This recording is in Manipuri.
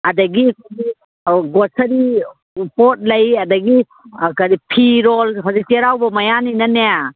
ꯑꯗꯒꯤ ꯑꯧ ꯒ꯭ꯔꯣꯁꯔꯤ ꯄꯣꯠ ꯂꯩ ꯑꯗꯒꯤ ꯀꯔꯤ ꯐꯤꯔꯣꯟ ꯍꯧꯖꯤꯛ ꯆꯩꯔꯥꯎꯕ ꯃꯌꯥꯅꯤꯅꯦ